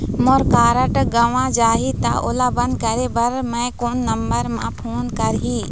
मोर card गंवा जाही त ओला बंद करें बर मैं कोन नंबर म फोन करिह?